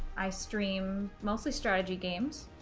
i stream mostly strategy games.